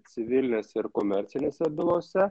civilinėse ir komercinėse bylose